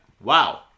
wow